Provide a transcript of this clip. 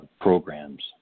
programs